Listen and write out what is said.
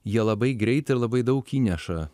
jie labai greit ir labai daug įneša